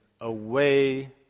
away